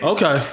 Okay